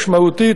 משמעותית,